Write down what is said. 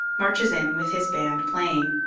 marches in with his band playing.